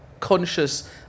Conscious